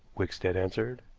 wickstead answered.